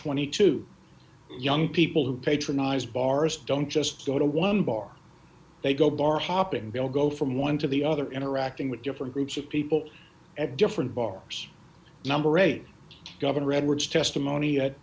twenty two young people who patronize bars don't just go to one bar they go bar hopping will go from one to the other interacting with different groups of people at different bars number eight governor edwards testimony yet